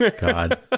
God